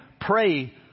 pray